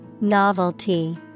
Novelty